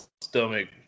stomach